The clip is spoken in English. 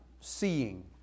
seeing